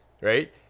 right